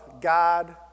God